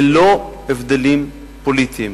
ללא הבדלים פוליטיים,